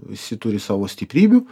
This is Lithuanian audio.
visi turi savo stiprybių